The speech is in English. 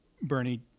Bernie